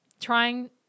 trying